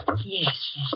Yes